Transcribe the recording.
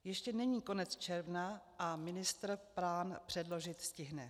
Ještě není konec června a ministr plán předložit stihne.